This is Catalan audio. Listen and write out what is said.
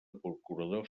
procurador